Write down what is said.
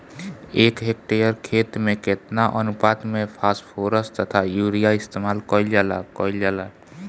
एक हेक्टयर खेत में केतना अनुपात में फासफोरस तथा यूरीया इस्तेमाल कईल जाला कईल जाला?